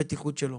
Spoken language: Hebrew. בטיחות מוצר,